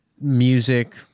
music